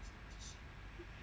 mm